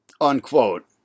unquote